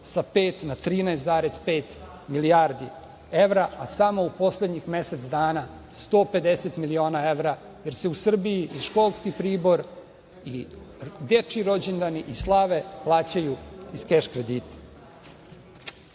sa pet na 13,5 milijardi evra, a samo u poslednjih mesec dana 150 miliona evra, jer se u Srbiji i školski pribor i dečiji rođendani i slave plaćaju iz keš kredita.U